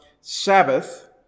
Sabbath